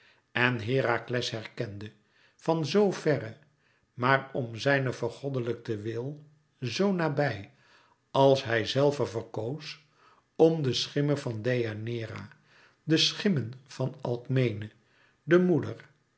en herakles herkende van zo verre maar om zijn vergoddelijkte wil zoo nabij als hij zelve verkoos om de schimme van deianeira de schimmen van alkmene de moeder